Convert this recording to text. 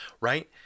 right